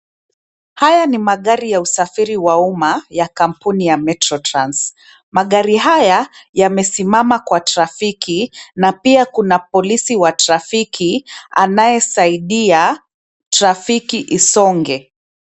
Haya ni magari ya usafiri wa uma ya kampuni ya Metro Trans. Magari haya yamesimama kwa trafiki na pia kuna polisi wa trafiki anayesaidia trafiki isonge.